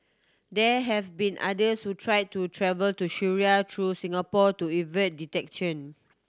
there have been others who tried to travel to Syria through Singapore to evade detection